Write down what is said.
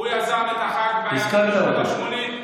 הוא יזם את החג, זה היה בשנות השמונים.